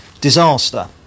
disaster